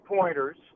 pointers